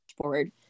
forward